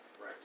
Right